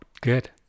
Good